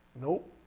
Nope